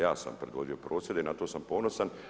Ja sam predvodio prosvjede i na to sam ponosan.